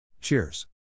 Cheers